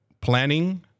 Planning